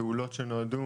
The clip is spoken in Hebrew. פעולות שנועדו